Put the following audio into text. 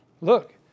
look